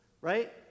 right